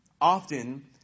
Often